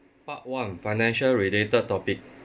part one financial related topic